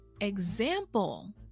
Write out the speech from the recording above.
example